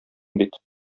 бит